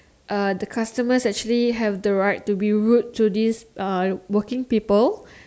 uh the customers actually have the right to be rude to these uh working people